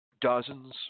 dozens